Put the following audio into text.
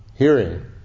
Hearing